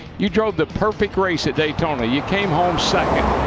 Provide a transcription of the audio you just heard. you drove the perfect race at daytona. you came home second,